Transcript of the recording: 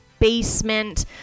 basement